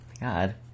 God